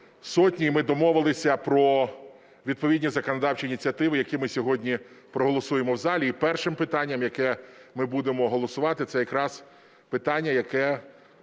Сотні, і ми домовилися про відповідні законодавчі ініціативи, які ми сьогодні проголосуємо в залі. І першим питанням, яке ми будемо голосувати, це якраз питання, яке